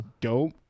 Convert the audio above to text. dope